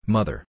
Mother